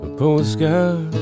postcard